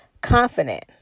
confident